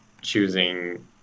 choosing